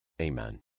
Amen